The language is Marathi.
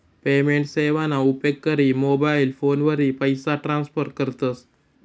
पेमेंट सेवाना उपेग करी मोबाईल फोनवरी पैसा ट्रान्स्फर करतस